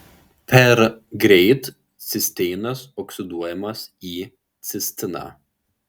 per greit cisteinas oksiduojamas į cistiną